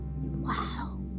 Wow